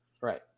Right